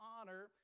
honor